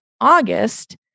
August